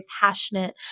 passionate